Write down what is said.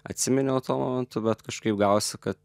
atsiminiau tuo momentu bet kažkaip gavosi kad